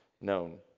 known